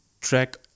track